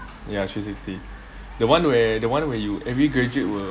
ya three sixty the one where the one where you every graduate will